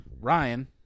Ryan